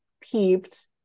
peeped